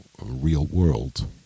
real-world